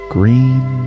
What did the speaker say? Green